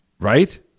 right